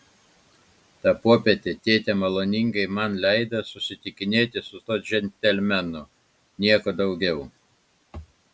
tą popietę tėtė maloningai man leido susitikinėti su tuo džentelmenu nieko daugiau